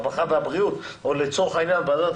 הרווחה והבריאות וכי הוועדה